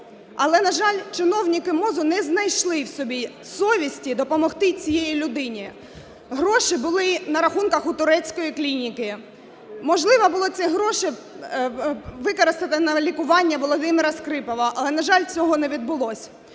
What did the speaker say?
але, на жаль, чиновники МОЗу не знайшли в собі совісті допомогти цій людині. Гроші були на рахунках у турецької клініки. Можливо було ці гроші використати на лікування Володимира Скрипова, але, на жаль, цього не відбулося.